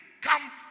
come